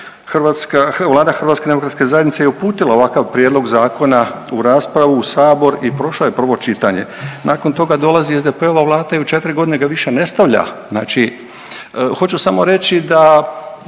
hrvatska, Vlada HDZ-a je uputila ovakav prijedlog zakona u raspravu u sabor i prošao je prvo čitanje. Nakon toga dolazi SDP-ova vlada i u 4 godine ga više ne stavlja, znači, hoću samo reći da,